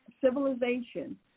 civilization